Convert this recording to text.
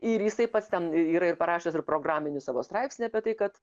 ir jisai pats ten yra ir parašęs ir programinį savo straipsnį apie tai kad